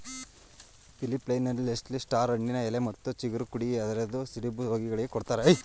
ಫಿಲಿಪ್ಪೈನ್ಸ್ನಲ್ಲಿ star ಹಣ್ಣಿನ ಎಲೆ ಮತ್ತು ಚಿಗುರು ಕುಡಿ ಅರೆದು ಸಿಡುಬು ರೋಗಿಗಳಿಗೆ ಕೊಡ್ತಾರೆ